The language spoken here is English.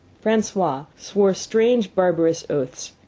francois swore strange barbarous oaths,